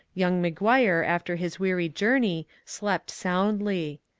young mcguire after his weary journey slept soundly.